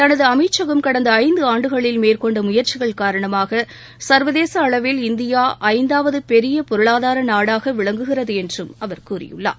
தனது அமைச்சகம் கடந்த ஐந்து ஆண்டுகளில் மேற்கொண்ட முயற்சிகள் காரணமாக சர்வதேச அளவில்இந்தியா ஐந்தாவது பெரிய பொருளாதார நாடாக விளங்குகிறது என்றும் அவர் கூறியுள்ளார்